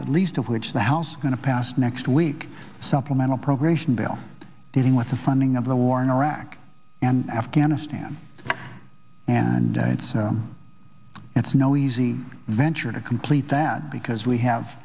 the least of which the house going to pass next week supplemental appropriation bill dealing with the funding of the war in iraq and afghanistan and it's so it's no easy venture to complete that because we have